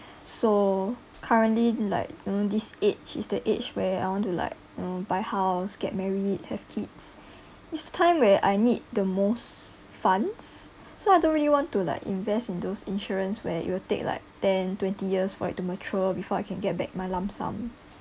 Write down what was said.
so currently like you know this age is the age where I want to like you know buy house get married have kids it's time where I need the most funds so I don't really want to like invest in those insurance where it will take like ten twenty years for it to mature before I can get back my lump sum